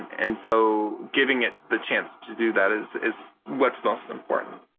and so giving it the chance to do that is is what's most important.